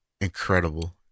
incredible